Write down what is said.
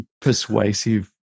persuasive